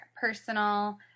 personal